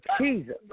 Jesus